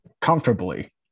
comfortably